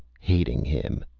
hating him.